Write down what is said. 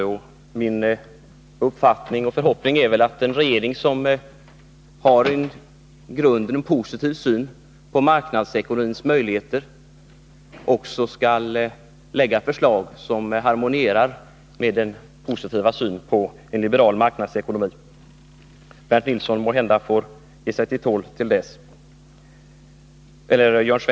Min förhoppning är att en regering, som i grunden har en positiv syn på marknadsekonomins möjligheter, också skall lägga fram förslag som harmonierar med denna positiva syn på en liberal marknadsekonomi. Jörn Svensson får måhända ge sig till tåls till dess.